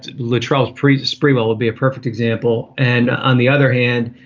literals presa sprewell would be a perfect example. and on the other hand,